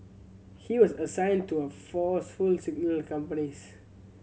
he was assigned to a Force Signals companies